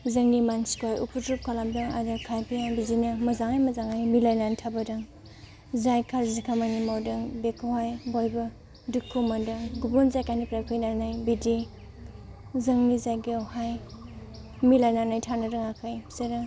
जोंनि मानसिखौ उपुद्रप खालामदों आरो खायफाया बिदिनो मोजाङै मोजाङै मिलायनानै थाबोदों जाय गाज्रि खामानि मावदों बेखौहाय बयबो दुखु मोन्दों गुबुन जायगानिफ्राय फैनानै बिदि जोंनि जायगायावहाय मिलायनानै थानो रोङाखै बिसोरो